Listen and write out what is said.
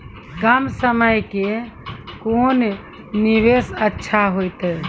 कम समय के कोंन निवेश अच्छा होइतै?